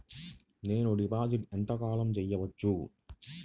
నేను డిపాజిట్ ఎంత కాలం చెయ్యవచ్చు?